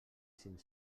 cinc